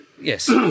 Yes